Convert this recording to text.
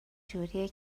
جوریه